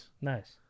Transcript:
Nice